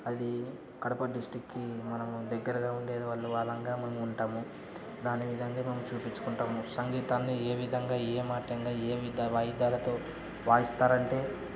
అది కడప డిస్టిక్కి మనము దగ్గరగా ఉండేది వాళ్ళు వాళ్ళు ఇక మేము ఉంటాము దాని విధంగా మేము చూపించుకుంటాము సంగీతాన్ని ఏ విధంగా ఏ మాధ్యంగా ఏ వాయిద్యాలతో వాయిస్తారు అంటే